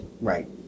right